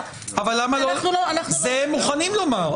זה הם מוכנים לומר,